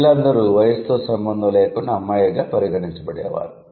స్త్రీలు అందరూ వయస్సుతో సంబంధం లేకుండా అమ్మాయిగా పరిగణించబడేవారు